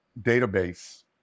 database